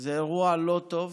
זה אירוע לא טוב,